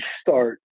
start